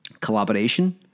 collaboration